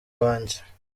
wanjye